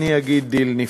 אני אגיד: דיל נפלא.